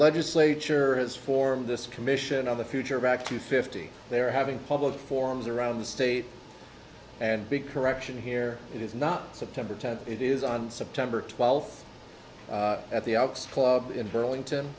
legislature has formed this commission on the future back to fifty they are having public forums around the state and big correction here it is not september tenth it is on september twelfth at the ox club in burlington